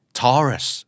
taurus